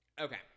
Okay